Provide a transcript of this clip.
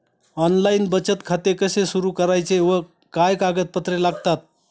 Online बचत खाते कसे सुरू करायचे व काय कागदपत्रे लागतात?